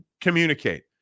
communicate